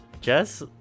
Jess